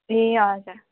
ए हजुर